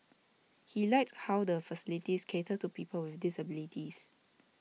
he liked how the facilities cater to people with disabilities